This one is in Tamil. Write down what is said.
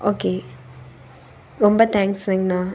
ஓகே ரொம்ப தேங்க்ஸ்ங்கண்ணா